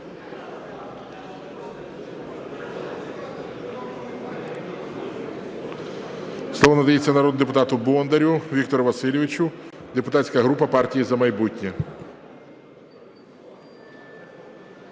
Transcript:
Слово надається народному депутату Бондарю Віктору Васильовичу, депутатська група партії "За майбутнє".